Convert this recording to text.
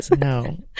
No